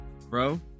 bro